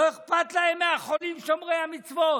לא אכפת להם מהחולים שומרי המצוות,